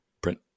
print